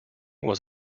was